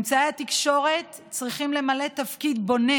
אמצעי התקשורת צריכים למלא תפקיד בונה,